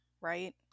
right